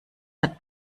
hat